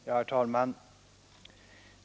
Herr talman!